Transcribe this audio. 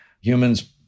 Humans